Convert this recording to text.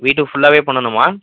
வீடு ஃபுல்லாகவே பண்ணணுமா